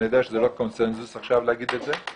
אני יודע שזה לא קונצנזוס להגיד את זה עכשיו.